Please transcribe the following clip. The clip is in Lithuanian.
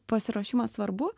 pasiruošimas svarbu